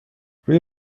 روی